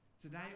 Today